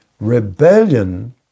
rebellion